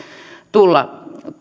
tulla